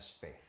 faith